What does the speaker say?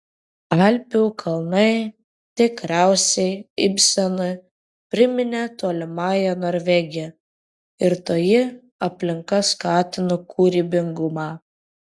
alpių kalnai tikriausiai ibsenui priminė tolimąją norvegiją ir toji aplinka skatino kūrybingumą